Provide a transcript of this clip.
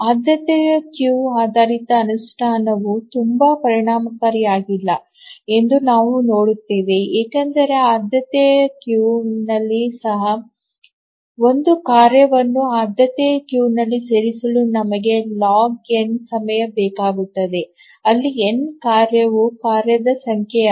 ಆದ್ಯತೆಯ ಕ್ಯೂ ಆಧಾರಿತ ಅನುಷ್ಠಾನವು ತುಂಬಾ ಪರಿಣಾಮಕಾರಿಯಾಗಿಲ್ಲ ಎಂದು ನಾವು ನೋಡುತ್ತೇವೆ ಏಕೆಂದರೆ ಆದ್ಯತೆಯ ಕ್ಯೂನಲ್ಲಿ ಸಹ ಒಂದು ಕಾರ್ಯವನ್ನು ಆದ್ಯತೆಯ ಕ್ಯೂನಲ್ಲಿ ಸೇರಿಸಲು ನಮಗೆ ಲಾಗ್ ಎನ್ log ಸಮಯ ಬೇಕಾಗುತ್ತದೆ ಅಲ್ಲಿ n ಕಾಯುವ ಕಾರ್ಯದ ಸಂಖ್ಯೆ